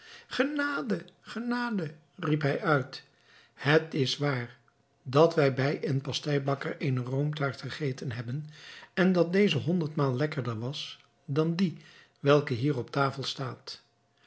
genade genade riep hij uit het is waar dat wij bij een pasteibakker eene roomtaart gegeten hebben en dat deze honderdmaal lekkerder was dan die welke hier op tafel staat